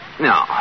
No